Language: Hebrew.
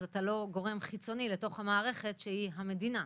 אז אתה לא גורם חיצוני לתוך המערכת שהיא המדינה.